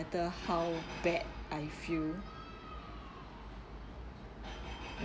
matter how bad I feel